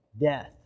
Death